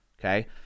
okay